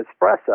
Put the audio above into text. espresso